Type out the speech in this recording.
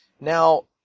Now